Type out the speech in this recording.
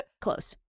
close